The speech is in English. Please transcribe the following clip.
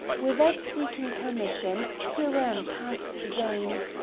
without seeking permission, he ran past james,